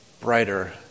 brighter